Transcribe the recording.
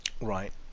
Right